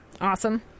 Awesome